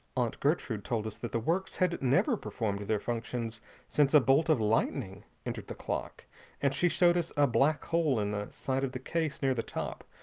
aunt gertrude told us that the works had never performed their functions since a bolt of lightning entered the clock and she showed us a black hole in the side of the case near the top,